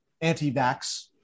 anti-vax